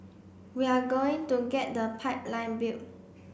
we are going to get the pipeline built